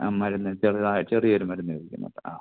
ആ മരുന്ന് ചെറുതായി ചെറിയൊരു മരുന്നെഴുതി തന്നോട്ടെ ആ